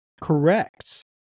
Correct